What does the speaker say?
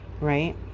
right